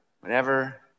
whenever